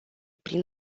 prin